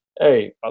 Hey